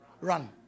Run